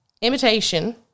imitation